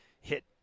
hit